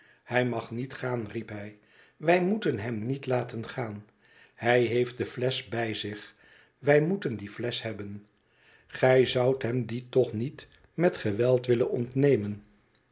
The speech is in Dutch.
hij mag niet gaan i riep hij wij moeten hem niet laten gaan hij heeft de flesch bij zich wij moeten die flesch hebben gij zoudt hem die toch niet met geweld willen ontnemen